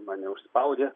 mane užspaudė